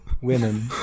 women